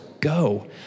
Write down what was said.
go